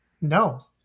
no